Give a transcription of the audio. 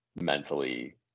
mentally